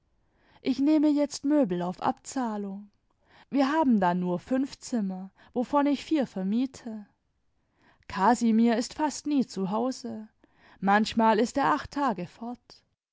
ich nehme jetzt möbel auf abzahlung wir haben da nur fünf zimmer wovon ich vier vermiete casimir ist fast nie zu hause manchmal ist er acht tage fort